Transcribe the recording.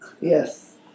Yes